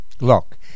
Look